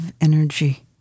energy